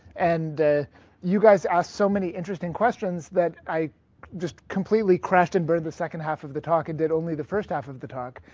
and you guys asked so many interesting questions that i just completely crashed and burned the second half of the talk and did only the first half of the talk.